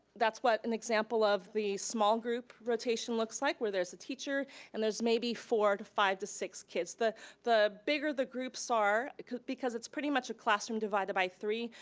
that's what an example of the small group rotation looks like, where there's a teacher, and there's maybe four, to five, to six kids. the the bigger the groups are, because it's pretty much a classroom divided by three,